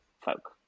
folk